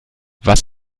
was